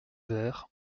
verre